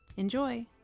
enjoy.